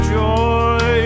joy